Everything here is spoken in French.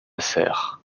serre